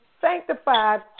sanctified